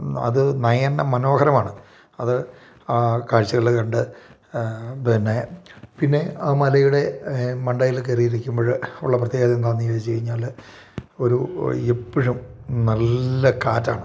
അത് നയന്ന മനോഹരമാണ് അത് ആ കാഴ്ചകൾ കണ്ട് പിന്നെ പിന്നെ ആ മലയുടെ മണ്ടയിൽ കയറി ഇരിക്കുമ്പോൾ ഉള്ള പ്രത്യേകത എന്താന്ന് ചോദിച്ച് കഴിഞ്ഞാൽ ഒരു എപ്പോഴും നല്ല കാറ്റാണ്